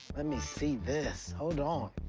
let me see this. hold on.